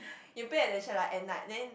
you pay attention like at night then